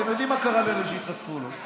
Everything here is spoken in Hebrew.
אתם יודעים מה קרה לאלה שהתחצפו אליו.